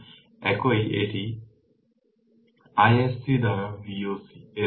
অতএব iNorton VThevenin by R thevenin R2 6923 by 3007 225 ampere